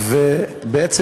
בעצם,